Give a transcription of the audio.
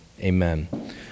amen